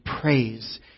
praise